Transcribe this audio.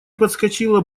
подскочила